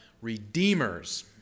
redeemers